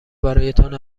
برایتان